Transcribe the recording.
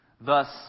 Thus